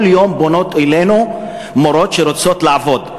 כל יום פונות אלינו מורות שרוצות לעבוד.